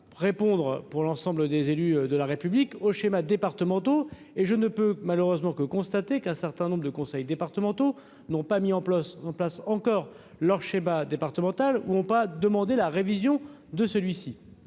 répondre pour l'ensemble des élus de la République aux schémas départementaux et je ne peux malheureusement que constater qu'un certain nombre de conseils départementaux n'ont pas mis en place en place encore leur schéma départemental ou ont pas demandé la révision de celui-ci,